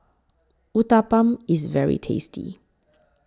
Uthapam IS very tasty